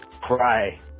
cry